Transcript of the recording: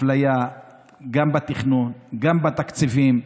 אפליה גם בתכנון, גם בתקציבים,